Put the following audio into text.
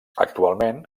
actualment